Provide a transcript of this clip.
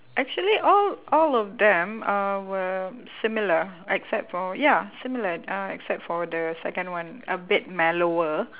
actually all all of them uh were similar except for ya similar uh except for the second one a bit mellower